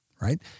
right